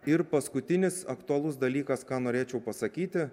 ir paskutinis aktualus dalykas ką norėčiau pasakyti